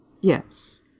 Yes